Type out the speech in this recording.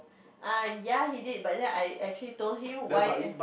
ah ya he did but I actually told him why